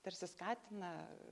tarsi skatina